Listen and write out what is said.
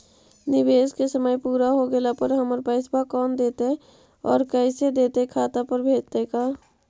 निवेश के समय पुरा हो गेला पर हमर पैसबा कोन देतै और कैसे देतै खाता पर भेजतै का?